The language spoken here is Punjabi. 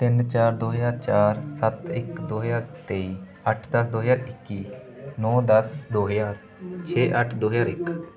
ਤਿੰਨ ਚਾਰ ਦੋ ਹਜ਼ਾਰ ਚਾਰ ਸੱਤ ਇੱਕ ਦੋ ਹਜ਼ਾਰ ਤੇਈ ਅੱਠ ਦਸ ਦੋ ਹਜ਼ਾਰ ਇੱਕੀ ਨੌ ਦਸ ਦੋ ਹਜ਼ਾਰ ਛੇ ਅੱਠ ਦੋ ਹਜ਼ਾਰ ਇੱਕ